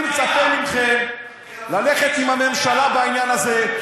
אני מצפה מכם ללכת עם הממשלה בעניין הזה,